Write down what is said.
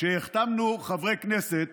כשהחתמנו חברי כנסת